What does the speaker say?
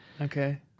Okay